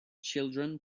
children